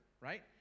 right